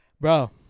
Bro